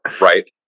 Right